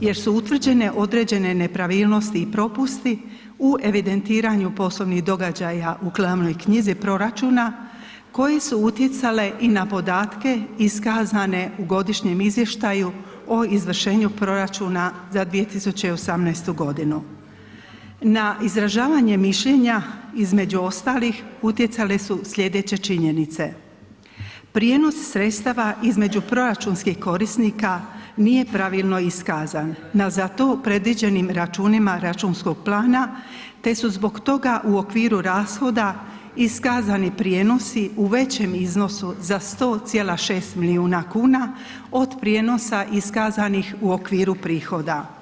jer su utvrđene određene nepravilnosti i propusti u evidentiranju poslovnih događaja u glavnoj knjizi proračuna koje su utjecale i na podatke iskazane u godišnjem izvještaju o izvršenju proračuna za 2018.g. Na izražavanje mišljenja između ostalih utjecale su slijedeće činjenice, prijenos sredstava između proračunskih korisnika nije pravilno iskazan na za to predviđenim računima računskog plana, te su zbog toga u okviru rashoda iskazani prijenosi u većem iznosu za 100,6 milijuna kuna od prijenosa iskazanih u okviru prihoda.